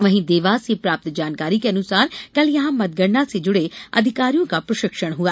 वहीं देवास से प्राप्त जानकारी के अनुसार कल यहां मतगणना से जुड़े अधिकारियों का प्रशिक्षण हुआ